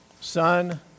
Son